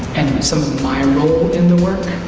some of my role in the work,